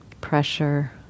pressure